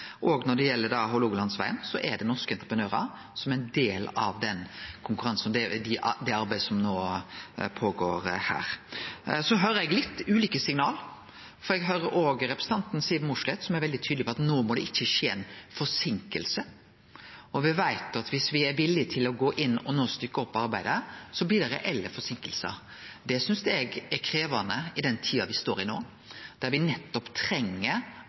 Og når det gjeld Hålogalandsvegen, så er norske entreprenørar ein del av det arbeidet som no går føre seg her. Så høyrer eg litt ulike signal, for eg høyrer òg representanten Siv Mossleth, som er veldig tydeleg på at no må det ikkje skje ei forseinking. Og me veit at viss me er villige til å gå inn og stykkje opp arbeidet, blir det reelle forseinkingar. Det synest eg er krevjande i den tida me står i no, da me nettopp treng